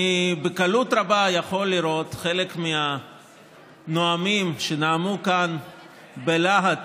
אני בקלות רבה יכול לראות חלק מהנואמים שנאמו כאן בלהט